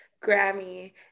Grammy